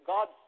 God